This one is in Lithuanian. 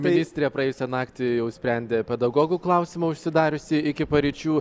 ministrė praėjusią naktį jau sprendė pedagogų klausimą užsidariusi iki paryčių